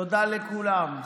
תודה לכולם.